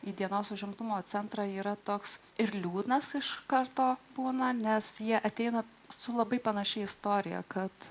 į dienos užimtumo centrą yra toks ir liūdnas iš karto būna nes jie ateina su labai panaši istorija kad